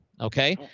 Okay